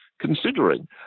considering